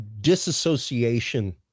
disassociation